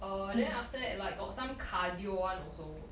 uh then after that like got some cardio one also